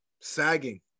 Sagging